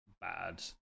bad